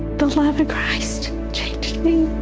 the love of christ changed me.